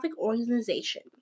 organization